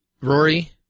Rory